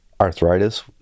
arthritis